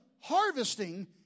harvesting